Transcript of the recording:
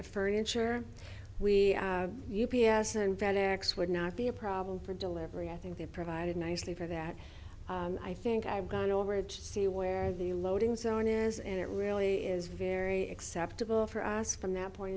of furniture we u p s invent eric's would not be a problem for delivery i think they provided nicely for that i think i've gone over to see where the loading zone is and it really is very acceptable for us from that point